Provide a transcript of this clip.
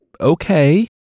okay